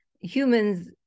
humans